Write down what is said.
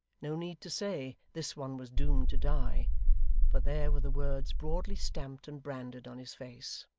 no need to say this one was doomed to die for there were the words broadly stamped and branded on his face.